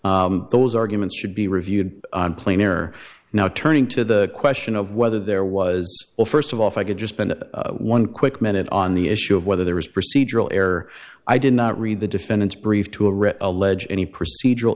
not those arguments should be reviewed plainer now turning to the question of whether there was a first of all if i could just been one quick minute on the issue of whether there was procedural error i did not read the defendant's brief to read allege any procedural